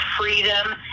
freedom